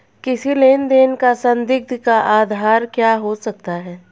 किसी लेन देन का संदिग्ध का आधार क्या हो सकता है?